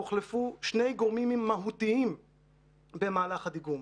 הוא שהוחלפו שני גורמים מהותיים במערך הדיגום.